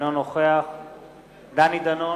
אינו נוכח דני דנון,